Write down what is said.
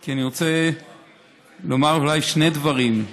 כי אני רוצה לומר אולי שני דברים.